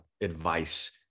advice